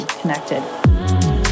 connected